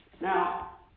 Now